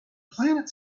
planet